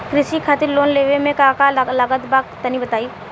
कृषि खातिर लोन लेवे मे का का लागत बा तनि बताईं?